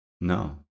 No